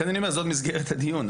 לכן אני אומר, זאת מסגרת הדיון.